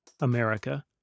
America